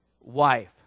wife